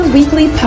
Weekly